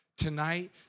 Tonight